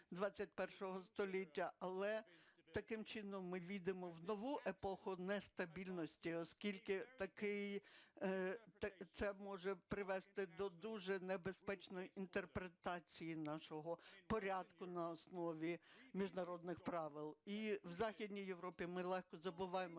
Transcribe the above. Але таким чином ми ввійдемо в нову епоху нестабільності, оскільки це може привести до дуже небезпечної інтерпретації нашого порядку на основі міжнародних правил. І в Західній Європі ми легко забуваємо, що Путін